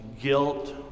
guilt